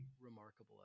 remarkable